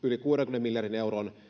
yli kuudenkymmenen miljardin euron